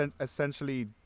essentially